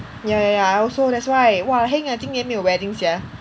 ya ya ya I also that's why !wah! heng ah 今年没有 wedding sia